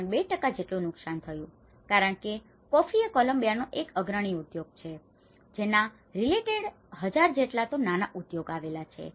૨ જેટલું નુકસાન થયું છે કારણ કે કોફીએ કોલંબિયાનો એક અગ્રણી ઉદ્યોગ છે જેના રીલેટેડ related સંલગ્ન ૧૦૦૦ જેટલા તો નાના ઉદ્યોગો આવેલા છે